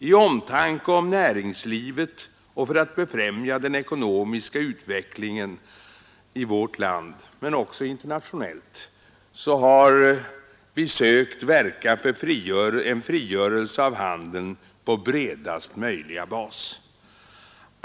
I omtanke om näringslivet och för att befrämja den ekonomiska utvecklingen i vårt land, men också internationellt, har vi sökt verka för en frigörelse av handeln på bredast möjliga bas.